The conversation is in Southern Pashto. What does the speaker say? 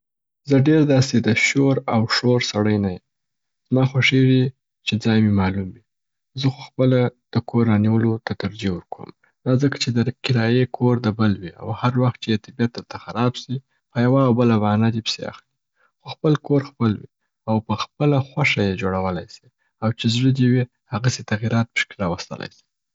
زه ډېر داسي د شور او شور سړی نه یم. زما خویږي چې ځای مي معلوم وي. زه خو خپله د کور رانیولو ته ترجېح ورکوم، دا ځکه چې د کرايې کور د بل وي، او هر وخت چې یې طبعیت درته خراب سي په یوه او بله بهانه دي پیسي اخلي. خو خپل کور خپل وي، او په خپله خوښه یې جوړولای سې او چې زړه دي وي هغسې تغیرات پکښي راوستلای سې.